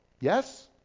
Yes